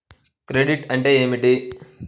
Credit అంటే ఏమిటి?